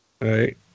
Right